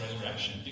resurrection